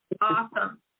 Awesome